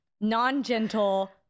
non-gentle